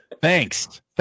Thanks